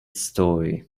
story